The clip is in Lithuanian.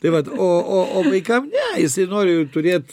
tai vat o o o vaikam ne jisai nori turėt